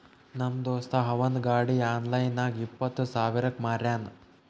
ನಮ್ ದೋಸ್ತ ಅವಂದ್ ಗಾಡಿ ಆನ್ಲೈನ್ ನಾಗ್ ಇಪ್ಪತ್ ಸಾವಿರಗ್ ಮಾರ್ಯಾನ್